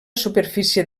superfície